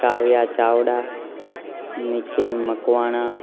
Kavya Chavda Nikhil Makwana